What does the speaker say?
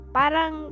parang